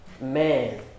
man